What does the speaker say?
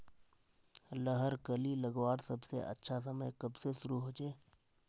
लहर कली लगवार सबसे अच्छा समय कब से शुरू होचए?